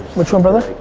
which one, brother?